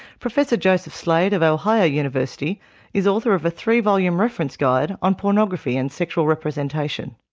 professor joseph slade of ohio university is author of a three volume reference guide on pornography and sexual representation.